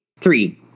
three